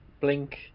BLINK